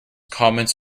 comments